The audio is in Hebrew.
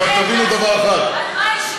על מה השעו חברת כנסת אם לא על חופש הביטוי?